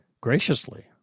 graciously